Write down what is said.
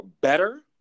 better